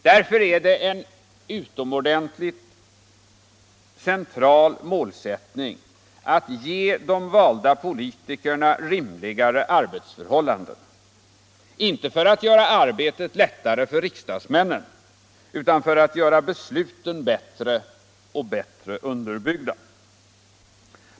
Därför är det en utomordentligt central målsättning att ge de valda politikerna rimligare arbetsförhållanden — inte för att göra arbetet lättare för riksdagsmännen, utan för att göra besluten bättre och bättre underbyggda.